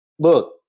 Look